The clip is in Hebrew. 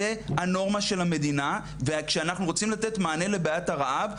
זה הנורמה של המדינה וכשאנחנו רוצים לתת מענה לבעיית הרעב,